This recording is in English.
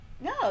no